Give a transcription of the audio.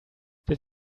did